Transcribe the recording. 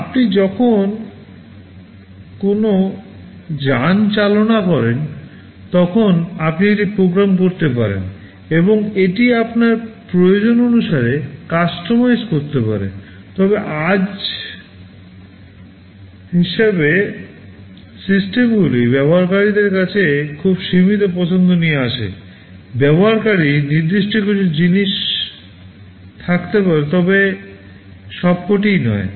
আপনি যখন কোনও যান চালনা করেন তখন আপনি এটি প্রোগ্রাম করতে পারেন এবং এটি আপনার প্রয়োজন অনুসারে কাস্টমাইজ করতে পারেন তবে আজ হিসাবে সিস্টেমগুলি ব্যবহারকারীদের কাছে খুব সীমিত পছন্দ নিয়ে আসে ব্যবহারকারীর নির্দিষ্ট কিছু জিনিস থাকতে পারে তবে সবকটিই নয়